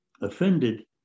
offended